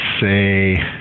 say